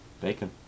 Bacon